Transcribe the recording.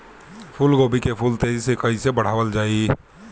फूल गोभी के फूल तेजी से कइसे बढ़ावल जाई?